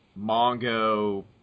Mongo